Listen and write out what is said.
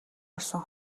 орсон